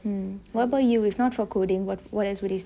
um what about you if not for coding what what else would you study